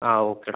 ആ ഓക്കെ എടാ